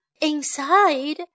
inside